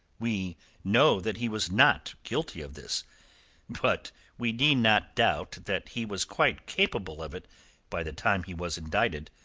we know that he was not guilty of this but we need not doubt that he was quite capable of it by the time he was indicted.